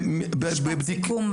לסיכום,